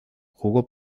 jugó